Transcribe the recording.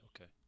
okay